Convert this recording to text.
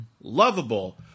lovable